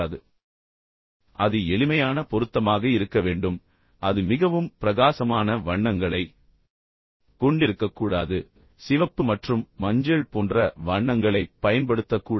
நீங்கள் பொருத்தமான துணிகளை அணிந்தாலும் அது எளிமையான பொருத்தமாக இருக்க வேண்டும் அது மிகவும் பிரகாசமான வண்ணங்களை கொண்டிருக்கக்கூடாது சிவப்பு மற்றும் மஞ்சள் போன்ற வண்ணங்களைப் பயன்படுத்தக்கூடாது